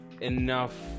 enough